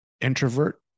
introvert